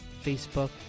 facebook